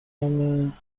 کنه